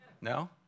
No